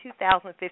2015